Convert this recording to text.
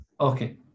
okay